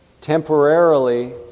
temporarily